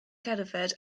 cerdded